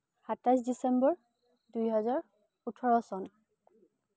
সাতাইছ ডিচেম্বৰ দুহেজাৰ ওঠৰ চন